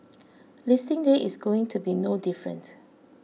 listing day is going to be no different